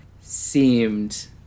seemed